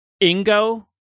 Ingo